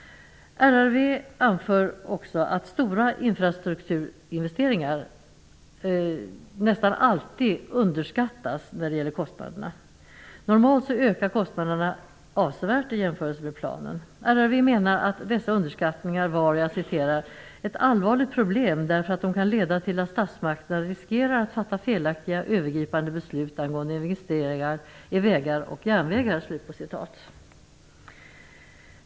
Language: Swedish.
RRV anför också att stora infrastrukturinvesteringar nästan alltid underskattas när det gäller kostnaderna. Normalt ökar kostnaderna avsevärt i jämförelse med planen. RRV menar att dessa underskattningar var "ett allvarligt problem därför att de kan leda till att statsmakterna riskerar att fatta felaktiga övergripande beslut ang investeringar i vägar och järnvägar".